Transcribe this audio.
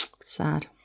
Sad